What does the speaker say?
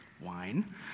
wine